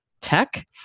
tech